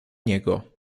niego